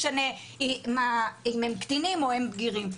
לא משנה אם הם קטינים או הם בגירים.